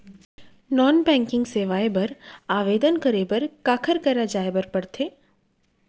non banking सेवाएं बर आवेदन करे बर काखर करा जाए बर परथे